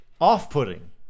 Off-putting